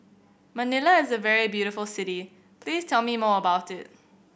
Manila is a very beautiful city please tell me more about it